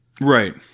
Right